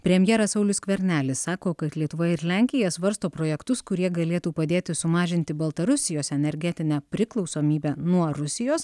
premjeras saulius skvernelis sako kad lietuva ir lenkija svarsto projektus kurie galėtų padėti sumažinti baltarusijos energetinę priklausomybę nuo rusijos